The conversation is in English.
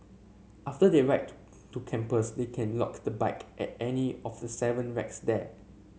after they red to campus they can lock the bike at any of the seven racks there